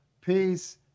peace